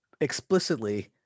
explicitly